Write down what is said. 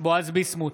בועז ביסמוט,